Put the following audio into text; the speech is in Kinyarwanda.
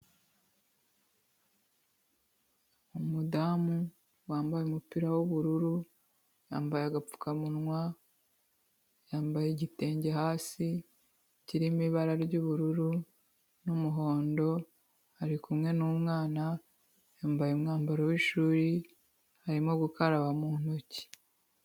umudamu wambaye umupira w'ubururu, yambaye agapfukamunwa, yambaye igitenge hasi kirimo ibara ry'ubururu n'umuhondo. Ari kumwe n'umwana yambaye umwambaro w'ishuri, arimo gukaraba muntoki.